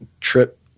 trip